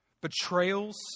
betrayals